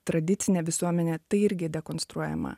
tradicine visuomene tai irgi dekonstruojama